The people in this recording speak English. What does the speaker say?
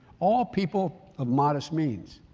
all people of modest means.